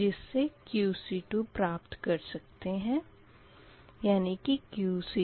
जिस से QC2 प्राप्त कर सकते है QC2Q2QL2